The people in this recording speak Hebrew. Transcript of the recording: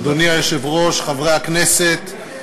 אדוני היושב-ראש, חברי הכנסת,